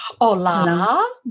Hola